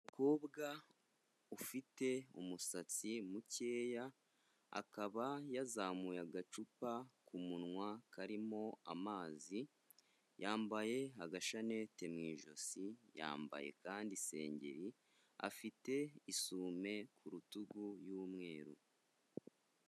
Umukobwa ufite umusatsi mukeya, akaba yazamuye agacupa ku munwa karimo amazi, yambaye agashanete mu ijosi, yambaye kandi isengeri, afite isume ku rutugu y'umweru.